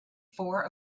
four